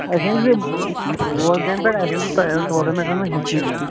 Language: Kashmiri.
أسۍ حظ بوز گامہِ پٮ۪ٹھ ٹورنامٮ۪نٛٹَن منٛز حِصہٕ نیُن